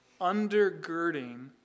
undergirding